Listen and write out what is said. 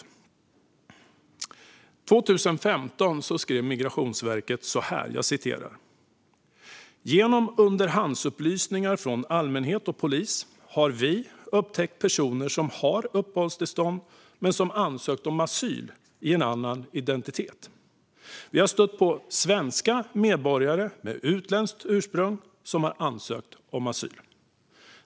År 2015 skrev Migrationsverket så här: Genom underhandsupplysningar från allmänhet och polis har vi upptäckt personer som har uppehållstillstånd men som ansökt om asyl i en annan identitet. Vi har stött på svenska medborgare med utländskt ursprung som har ansökt om asyl.